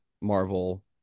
marvel